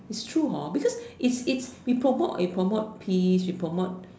it's true because it's it's we promote we promote peace we promote